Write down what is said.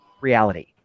reality